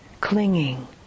clinging